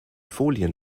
folien